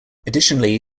additionally